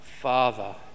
Father